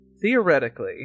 theoretically